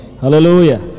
Hallelujah